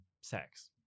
sex